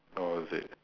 how was it